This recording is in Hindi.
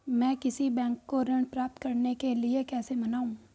मैं किसी बैंक को ऋण प्राप्त करने के लिए कैसे मनाऊं?